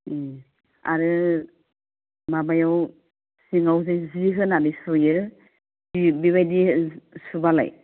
आरो माबायाव सिङाव जि होनानै सुयो जि बिबायदि सुबालाय